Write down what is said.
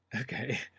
Okay